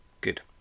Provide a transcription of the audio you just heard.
Good